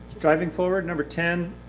driving forward, number ten,